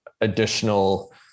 additional